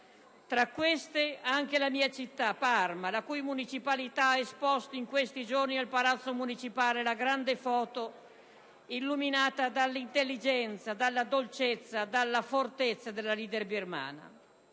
Tra queste anche la mia città, Parma, la cui municipalità ha esposto in questi giorni al palazzo municipale una grande foto, illuminata dall'intelligenza, dalla dolcezza e dalla fortezza della *leader* birmana.